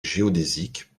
géodésique